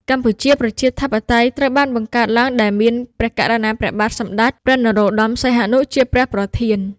កម្ពុជាប្រជាធិបតេយ្យ ត្រូវបានបង្កើតឡើង ដែល មានព្រះករុណាព្រះបាទសម្តេចព្រះនរោត្តម សីហនុ ជាព្រះប្រធាន។